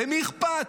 למי אכפת?